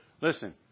Listen